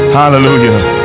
hallelujah